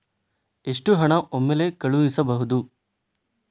ಎಷ್ಟು ಹಣ ಒಮ್ಮೆಲೇ ಕಳುಹಿಸಬಹುದು?